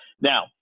Now